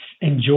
enjoy